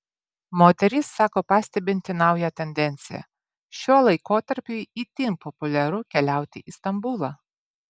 moteris sako pastebinti naują tendenciją šiuo laikotarpiui itin populiaru keliauti į stambulą